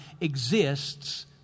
exists